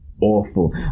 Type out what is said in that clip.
awful